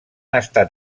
estat